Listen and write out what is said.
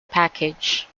package